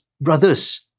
brothers